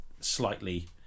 slightly